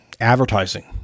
advertising